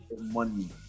money